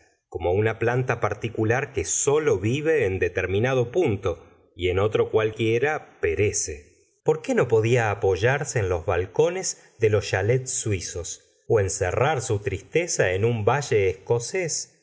como una planta particular que sólo vive en determinado punto y en otro cualquiera perece por qué no podía apoyarse en los balcones de los chalets suizos encerrar su tristeza en un valle escocés